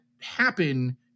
happen